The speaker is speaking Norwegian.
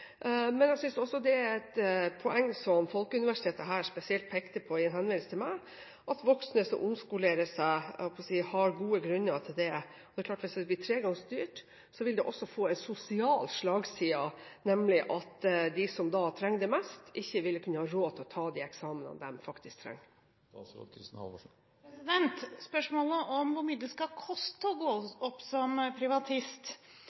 men jeg synes også at det som Folkeuniversitet pekte på i en henvisning til meg, er et poeng – at voksne som omskolerer seg, har gode grunner til det, og hvis det blir tre ganger så dyrt, så vil det også få en sosial slagside, nemlig at de som trenger det mest, da ikke vil ha råd til å ta de eksamenene de faktisk trenger. Spørsmålet om hvor mye det skal koste å gå opp som privatist har jeg bedt Utdanningsdirektoratet om å